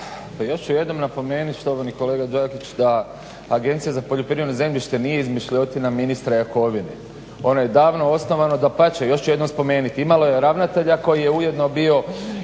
ja ću jedino napomenut štovani kolega Đakić, da Agencija za poljoprivredno zemljište nije izmišljotina ministra Jakovine. Ona je davno osnovana, dapače još ću jednom spomenuti imala je ravnatelja koji je ujedno bio